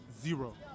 Zero